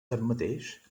tanmateix